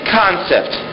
concept